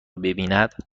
ببیند